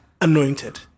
anointed